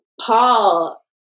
Paul